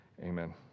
Amen